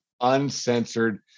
uncensored